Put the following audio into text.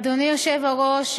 אדוני היושב-ראש,